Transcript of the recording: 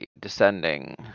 descending